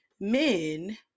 men